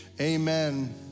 Amen